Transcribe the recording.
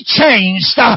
changed